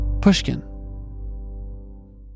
Pushkin